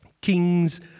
kings